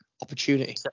opportunity